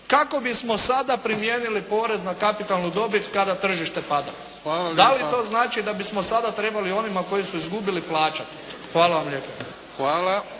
kako bismo sada primijenili porez na kapitalnu dobit kada tržište pada. Da li to znači da bismo sada trebali onima koji su izgubili plaćati? Hvala vam lijepa.